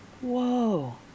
Whoa